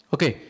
Okay